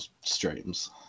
streams